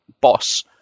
boss